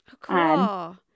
Cool